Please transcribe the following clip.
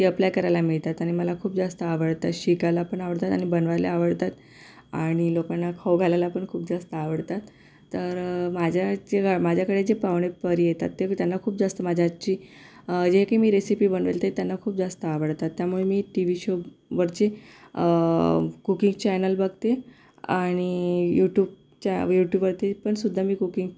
ते अप्लाय करायला मिळतात आणि मला खूप जास्त आवडतात शिकायला पण आवडतात आणि बनवायला आवडतात आणि लोकांना खाऊ घालायला पण खूप जास्त आवडतात तर माझ्या जेव्हा माझ्याकडे जे पाहुणे घरी येतात ते मी त्यांना खूप जास्त माझ्या हातची जे की मी रेसिपी बनवेल ते त्यांना खूप जास्त आवडतात त्यामुळे मी टी वी शोवरचे कुकिंग चॅनल बघते आणि यूटूबच्या यूटूबवरती पण सुद्धा मी कुकिंग